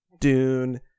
dune